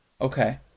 Okay